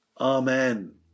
Amen